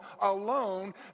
alone